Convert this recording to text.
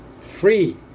free